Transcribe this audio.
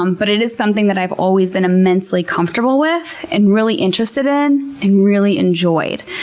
um but it is something that i've always been immensely comfortable with, and really interested in, and really enjoyed.